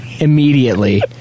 immediately